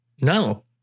no